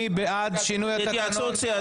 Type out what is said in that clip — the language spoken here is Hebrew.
מי בעד שינוי התקנון?